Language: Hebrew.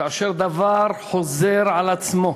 כאשר דבר חוזר על עצמו,